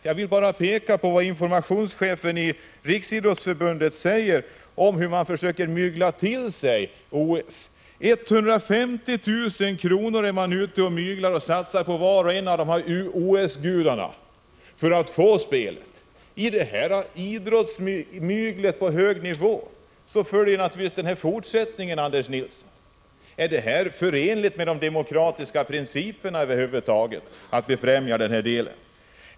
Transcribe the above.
Jag vill peka på vad informationschefen i Riksidrottsförbundet säger om hur man försöker mygla till sig OS. 150 000 kr. satsar man på var och en av OS-gudarna för att få spelen. Med detta idrottsmygel på hög nivå följer en fortsättning, Anders Nilsson. Är det över huvud taget förenligt med de demokratiska principerna att befrämja sådant?